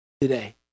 today